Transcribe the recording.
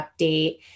update